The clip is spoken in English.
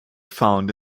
found